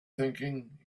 thinking